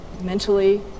mentally